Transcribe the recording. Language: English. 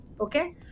okay